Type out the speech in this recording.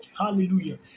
Hallelujah